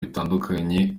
bitandukanye